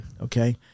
Okay